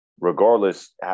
regardless